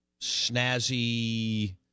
snazzy